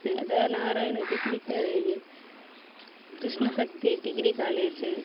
the Narayana degree college Krishnashakti degree college